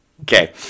okay